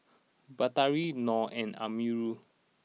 Batari Nor and Amirul